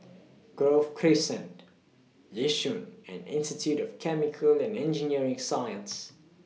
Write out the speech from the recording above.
Grove Crescent Yishun and Institute of Chemical and Engineering Sciences